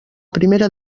primera